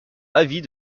avis